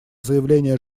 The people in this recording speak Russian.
заявление